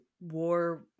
war